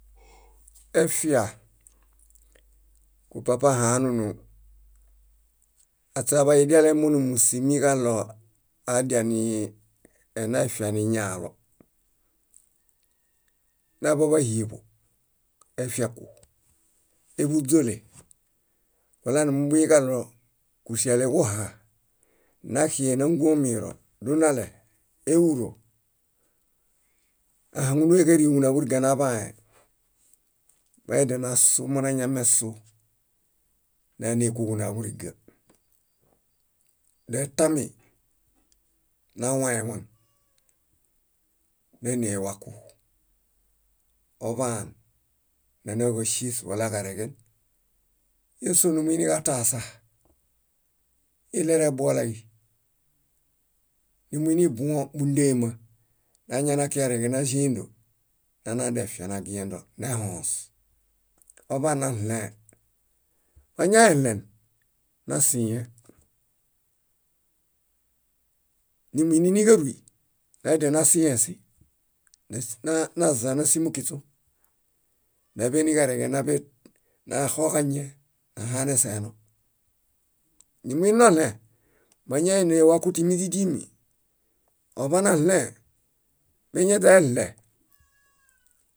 . Efia, kupapa haanunu aśe aḃayudiale mónimusimiġaɭo adianinaefia niñaalo. Naḃaḃa híeḃo, efieku éḃuźole, walaninumbuiġaɭo kúsiale kuha, naxie nángu omiro, dunale éuro, ahaŋunue káriiŋ kuna kúriga naḃãe, mañadianassu monañamessu náne kuġuna kúriġa. Doetami, nawawaŋ, náne waku oḃaan nanauġásies walaġareġen, ñásoo numuiniġataasa, ileruebolay, numuinibuõ búndema. Nañana kiġareġen náĵendo, nanadefia nagiendo nehõõs aḃanaɭẽe. Mañaeɭen, nasĩe. Nimuinini níġaruy, nañadianasĩesĩ, nazza nási mukiśu, náḃe niġareġe, naxoġañie, nahaneseeno. Nimuinoɭẽ, máñaene waku timi źídimi, oḃanaɭẽe, meñeźaeɭe